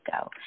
go